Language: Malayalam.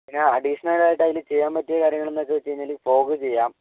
പിന്നെ അഡീഷനലായിട്ട് അതിൽ ചെയ്യാൻ പറ്റിയ കാര്യങ്ങൾ എന്നൊക്കെ വച്ച് കഴിഞ്ഞാൽ ഫോഗ്ഗ് ചെയ്യാം